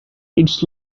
its